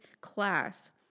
class